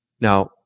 Now